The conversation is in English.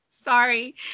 Sorry